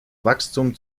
wachstum